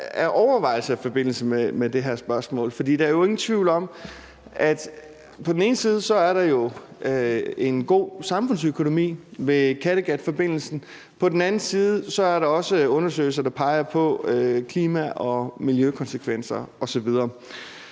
af overvejelser i forbindelse med det her spørgsmål. For der er jo ingen tvivl om, at der på den ene side er en god samfundsøkonomi i Kattegatforbindelsen, men at der på den anden side også er undersøgelser, der peger på klima- og miljøkonsekvenser osv.